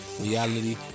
reality